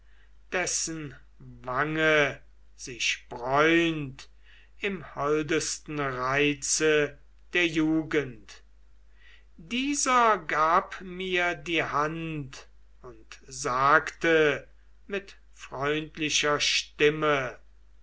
dessen wange sich bräunt im holdesten reize der jugend dieser gab mir die hand und sagte mit freundlicher stimme